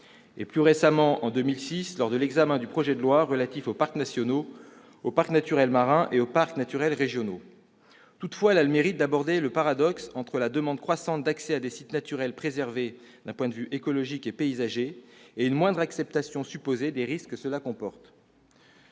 et, plus récemment en 2006, lors de l'examen du projet de loi relatif aux parcs nationaux, aux parcs naturels marins et aux parcs naturels régionaux. Toutefois, cette proposition de loi a le mérite d'aborder le paradoxe entre la demande croissante d'accès à des sites naturels préservés d'un point de vue écologique et paysager, et une moindre acceptation, supposée, des risques que cela comporte.